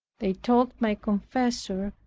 they told my confessor,